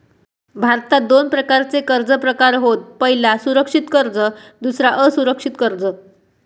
भारतात दोन प्रकारचे कर्ज प्रकार होत पह्यला सुरक्षित कर्ज दुसरा असुरक्षित कर्ज